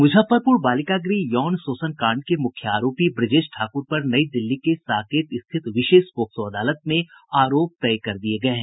मुजफ्फरपुर बालिका गृह यौन शोषण कांड के मुख्य आरोपी ब्रजेश ठाकुर पर नई दिल्ली के साकेत स्थित विशेष पोक्सो अदालत में आरोप तय कर दिये गये हैं